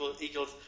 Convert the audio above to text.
Eagles